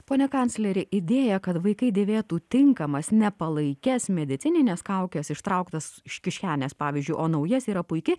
pone kancleri idėja kad vaikai dėvėtų tinkamas ne palaikes medicinines kaukes ištrauktas iš kišenės pavyzdžiui o naujas yra puiki